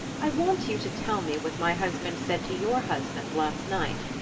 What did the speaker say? i want you to tell me what my husband said to your husband last night.